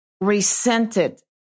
resented